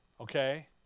Okay